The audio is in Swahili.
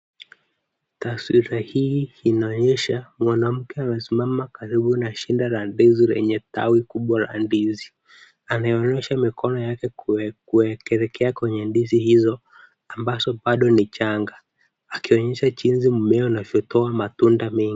Taswira hii inaonyesha mwanamke amesimama karibu na shina la ndizi lenye tawi kubwa la ndizi. Ameonyesha mikono yake kuelekeza kwenye ndizi hizo ambazo bado ni changa, akionyesha jinsi mmea unavyotoa matunda mengi.